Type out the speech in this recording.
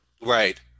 Right